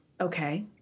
Okay